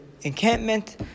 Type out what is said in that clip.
encampment